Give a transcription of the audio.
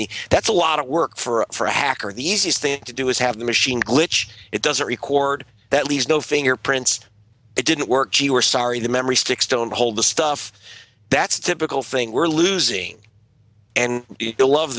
romney that's a lot of work for a hacker the easiest thing to do is have the machine glitch it doesn't record that leaves no fingerprints it didn't work gee we're sorry the memory sticks don't hold the stuff that's typical think we're losing and belove